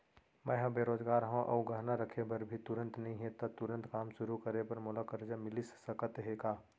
मैं ह बेरोजगार हव अऊ गहना रखे बर भी तुरंत नई हे ता तुरंत काम शुरू करे बर मोला करजा मिलिस सकत हे का?